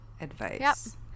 advice